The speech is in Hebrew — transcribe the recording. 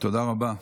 תודה רבה.